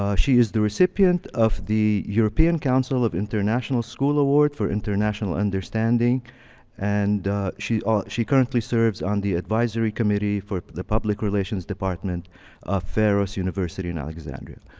um she is the recipient of the european council of international school award for international understanding and she ah she currently serves on the advisory committee for the public relations department of ah pharaoh's university in alexandria.